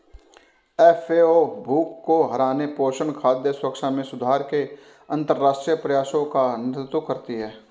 FAO भूख को हराने, पोषण, खाद्य सुरक्षा में सुधार के अंतरराष्ट्रीय प्रयासों का नेतृत्व करती है